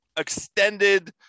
extended